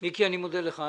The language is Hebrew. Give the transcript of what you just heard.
אני מודה לך.